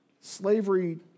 Slavery